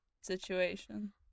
situation